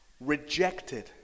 rejected